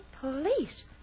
police